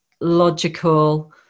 logical